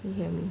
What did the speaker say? can you hear me